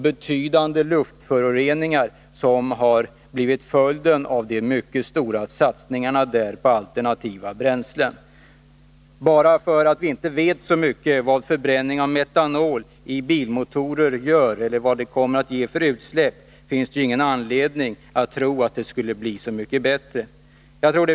Betydande luftföroreningar har också blivit följden av de mycket stora satsningarna där på alternativa bränslen. Det finns ingen anledning att tro att användningen av metanol skulle göra luften så mycket bättre än den är i dag — bara därför att vi inte vet så mycket om vad förbränning av metanol i bilmotorer ger för utsläpp.